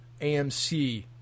AMC